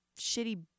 shitty